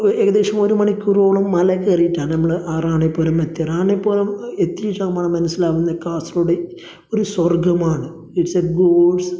ഏകദേശം ഒരു മണിക്കൂറോളം മല കയറിയിട്ടാണ് നമ്മൾ ആ റാണിപുരം എത്തിയത് റാണിപുരം എത്തിയ ശേഷം നമ്മൾ മനസ്സിലാവുന്നത് കാസർഗോഡ് ഒരു സ്വർഗ്ഗമാണ് ഇട്സ് എ ഗോഡ്സ്